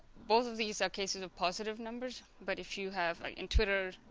both of these are cases of positive numbers but if you have like in twitter.